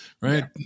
Right